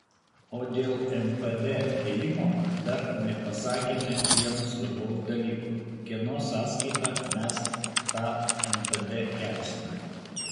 o dėl npd kėlimo dar nepasakėme vieno svarbaus dalyko kieno sąskaita mes tą npd kelsime